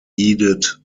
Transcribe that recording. heeded